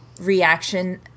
reaction